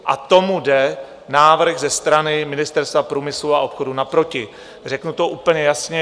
A tomu jde návrh ze strany Ministerstva průmyslu a obchodu naproti, řeknu to úplně jasně.